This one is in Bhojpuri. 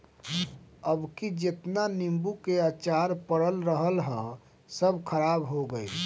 अबकी जेतना नीबू के अचार पड़ल रहल हअ सब खराब हो गइल